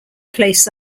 placed